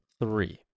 three